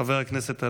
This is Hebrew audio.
חבר הכנסת הלוי,